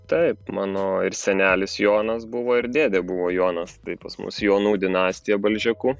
taip mano ir senelis jonas buvo ir dėdė buvo jonas tai pas mus jonų dinastija balžeku